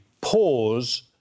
pause